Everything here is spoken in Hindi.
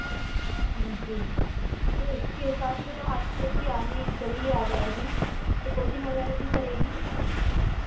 जी तो इसके हिसाब से तो आपकी बच्ची जल्दी आ जाएगी तो कोचिंग वगैरह भी करेगी